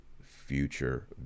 future